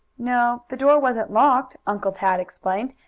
no, the door wasn't locked, uncle tad explained.